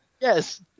Yes